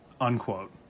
unquote